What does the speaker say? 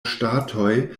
ŝtatoj